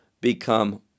become